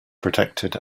protected